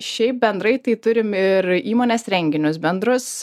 šiaip bendrai tai turim ir įmonės renginius bendrus